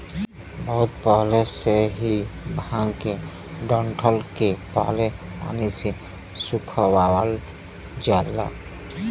बहुत पहिले से ही भांग के डंठल के पहले पानी से सुखवावल जाला